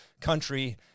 country